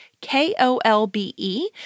K-O-L-B-E